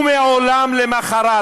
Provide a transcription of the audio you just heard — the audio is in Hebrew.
ומעולם למחרת